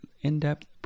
in-depth